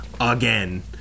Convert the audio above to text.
again